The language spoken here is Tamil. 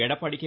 எடப்பாடி கே